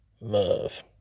Love